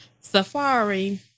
Safari